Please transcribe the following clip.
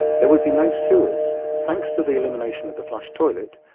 there would be no sewers. thanks to the elimination of the flush toilet,